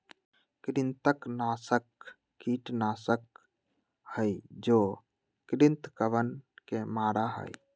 कृंतकनाशक कीटनाशक हई जो कृन्तकवन के मारा हई